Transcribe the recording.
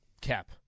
Cap